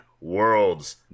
Worlds